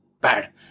bad